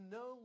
no